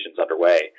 underway